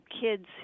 kids